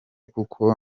kuko